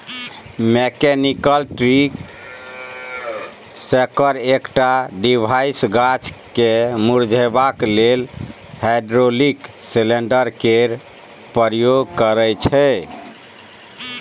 mechanical tree shaker एकटा device गाछ केँ मुरझेबाक लेल हाइड्रोलिक सिलेंडर केर प्रयोग करय छै